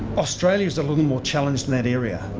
australia's a little more challenged in that area.